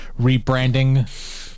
rebranding